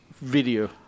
video